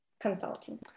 Consulting